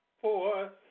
four